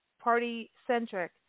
party-centric